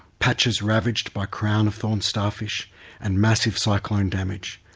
patches ravaged by crown-of-thorns starfish and massive cyclone damage.